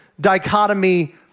dichotomy